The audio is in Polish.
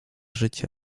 życia